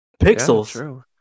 Pixels